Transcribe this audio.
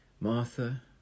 Martha